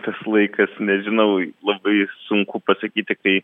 tas laikas nežinau labai sunku pasakyti kai